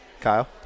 Kyle